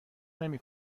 نمی